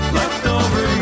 leftover